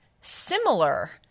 similar